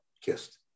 kissed